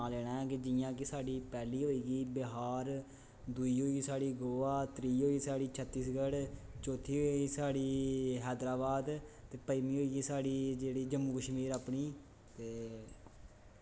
एह्दै च साह्नी पुच्छेआ गेदा ऐ इंडिया दियां पंज स्टेटां असैं नां लैना ऐ कि जियां साढ़ी पैह्ली होई गेई बिहार दुई होई साढ़ी गोवा त्री होई छत्तीसगढ़ चौत्थी होई साढ़ी हैदराबाद ते पंजमीं होई साढ़ी अपनी जम्मू कश्मीर ते